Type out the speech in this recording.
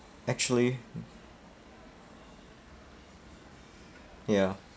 actually ya